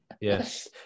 Yes